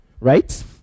right